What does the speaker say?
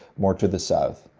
more to the south.